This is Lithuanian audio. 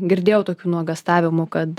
girdėjau tokių nuogąstavimų kad